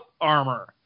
armor